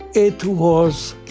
it was